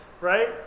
right